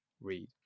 read